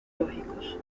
lógicos